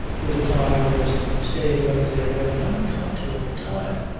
little fyne was staying up there an unconscionable time.